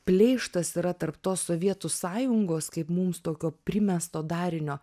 pleištas yra tarp tos sovietų sąjungos kaip mums tokio primesto darinio